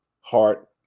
heart